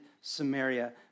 Samaria